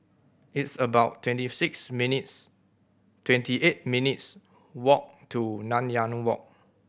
it's about twenty six minutes twenty eight minutes' walk to Nanyang Walk